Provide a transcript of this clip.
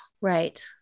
right